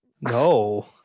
No